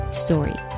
story